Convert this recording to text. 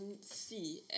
see